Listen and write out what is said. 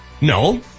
no